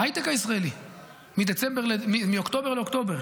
ההייטק הישראלי מאוקטובר לאוקטובר,